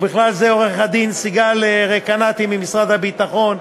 ובכלל זה עורכת-הדין סיגל רקנאטי ממשרד הביטחון,